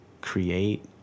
create